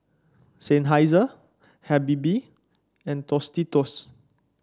Seinheiser Habibie and Tostitos